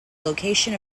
location